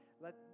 Let